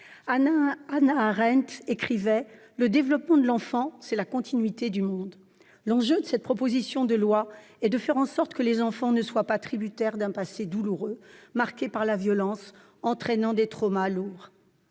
Hannah Arendt écrivait que le développement de l'enfant était la continuité du monde. L'enjeu de cette proposition de loi est de faire en sorte que les enfants ne soient pas tributaires d'un passé douloureux, marqué par la violence, responsable de traumas lourds.